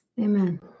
Amen